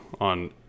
on